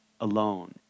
alone